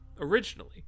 Originally